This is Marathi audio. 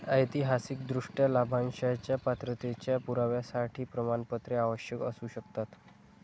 ऐतिहासिकदृष्ट्या, लाभांशाच्या पात्रतेच्या पुराव्यासाठी प्रमाणपत्रे आवश्यक असू शकतात